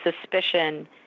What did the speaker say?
suspicion